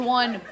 one